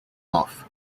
off